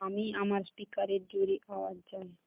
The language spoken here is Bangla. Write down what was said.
আমি আমার স্পিকারে জোরে আওয়াজ চাই